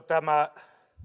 tämä